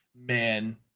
man